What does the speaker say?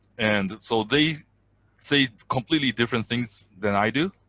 and so they say completely different things than i do,